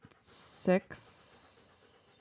six